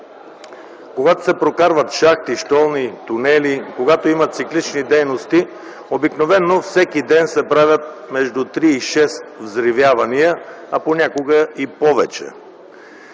Когато се прокарват шахти, щолни, тунели, когато има циклични дейности, обикновено всеки ден се правят между три и шест взривявания, а понякога и повече.